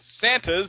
Santas